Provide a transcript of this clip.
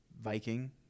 Viking